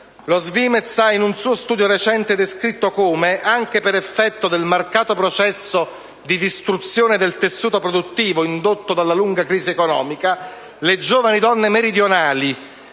La SVIMEZ, in un suo studio recente, ha descritto come, anche per effetto del marcato processo di distruzione del tessuto produttivo indotto dalla lunga crisi economica, le giovani donne meridionali